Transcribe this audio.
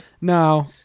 No